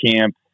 camp